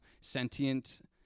sentient